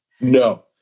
No